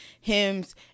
hymns